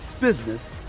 business